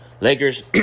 Lakers